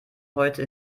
heute